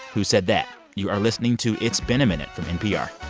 who said that. you are listening to it's been a minute from npr